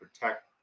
protect